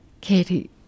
Katie